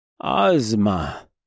Ozma